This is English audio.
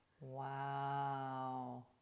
Wow